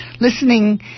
listening